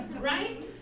Right